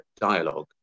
dialogue